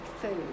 food